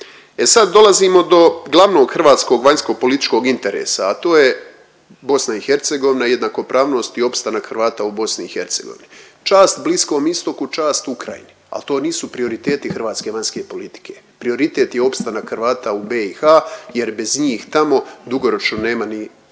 E sad dolazimo do glavnog hrvatskog vanjskopolitičkog interesa, a to je BiH jednakopravnost i opstanak Hrvata u BiH. Čast Bliskom Istoku, čast Ukrajini al to nisu prioriteti hrvatske vanjske politike. Prioritet je opstanak Hrvata u BiH jer bez njih tamo dugoročno nema ni